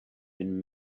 been